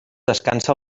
descansa